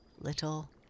little